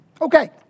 Okay